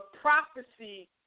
prophecy